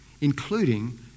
including